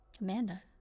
Amanda